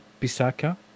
Pisaka